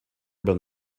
been